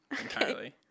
entirely